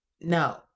No